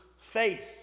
faith